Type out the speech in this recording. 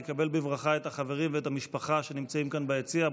נקבל בברכה את החברים ואת המשפחה שנמצאים כאן ביציע.